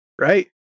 right